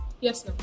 Yes